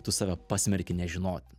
tu save pasmerki nežinoti